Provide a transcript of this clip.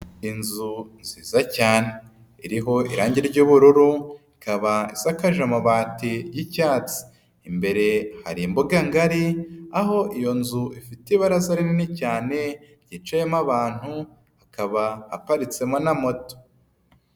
Inzu nziza cyane iriho irangi ry'ubururu, ikaba isakaje amabati y'icyatsi. Imbere hari imboga ngari, aho iyo nzu ifite ibaraza rinini cyane ryicayemo abantu, hakaba haparitsemo na moto.